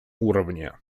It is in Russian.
уровне